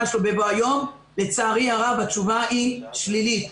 שלו בבוא היום לצערי הרב התשובה היא שלילית.